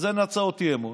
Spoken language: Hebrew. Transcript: ואז אין הצעות אי-אמון,